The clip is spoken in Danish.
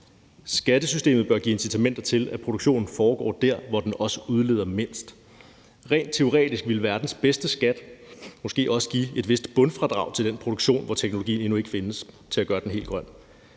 Skattesystemet bør give incitamenter til, at produktionen foregår der, hvor den også udleder mindst. Rent teoretisk ville verdens bedste skat måske også give et vist bundfradrag til den produktion, hvor teknologien endnu ikke findes til at gøre den helt grøn,